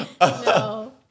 No